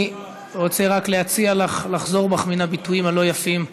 אני רוצה רק להציע לך לחזור בך מן הביטויים הלא-יפים,